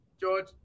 George